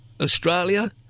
Australia